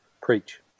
Preach